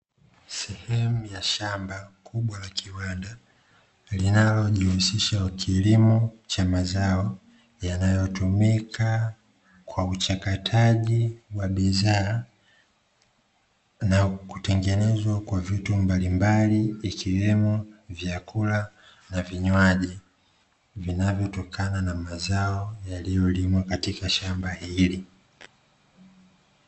Sehemu ya shamba kubwa la kiwanda, linalojihusisha na kilimo cha mazao, yanayotumika kwa uchakataji wa bidhaa, na kutengeneza kwa vitu mbalimbali ikiwemo vyakula na vinywaji ,vinavyotokana na mazao yaliyolimwa katika shamba hili.